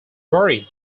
buried